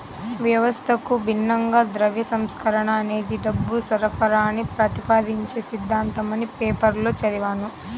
వ్యవస్థకు భిన్నంగా ద్రవ్య సంస్కరణ అనేది డబ్బు సరఫరాని ప్రతిపాదించే సిద్ధాంతమని పేపర్లో చదివాను